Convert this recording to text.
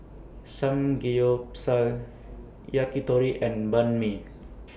Samgeyopsal Yakitori and Banh MI